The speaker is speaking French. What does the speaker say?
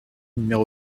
numéro